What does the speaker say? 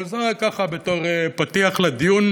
אבל זה רק ככה, בתור פתיח לדיון,